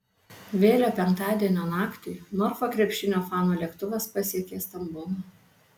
vėlią penktadienio naktį norfa krepšinio fanų lėktuvas pasiekė stambulą